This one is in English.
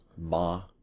Ma